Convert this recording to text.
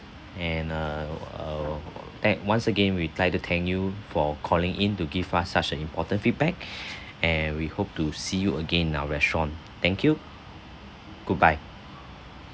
and err uh tha~ once again we like to thank you for calling in to give us such a important feedback and we hope to see you again in our restaurant thank you goodbye